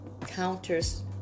counters